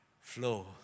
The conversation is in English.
flow